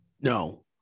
No